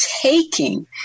taking